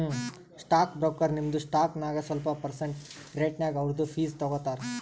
stock broker ನಿಮ್ದು stock ನಾಗ್ ಸ್ವಲ್ಪ ಪರ್ಸೆಂಟ್ ರೇಟ್ನಾಗ್ ಅವ್ರದು ಫೀಸ್ ತಗೋತಾರ